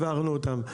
הבהרנו אותם.